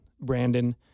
Brandon